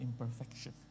imperfection